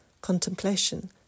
contemplation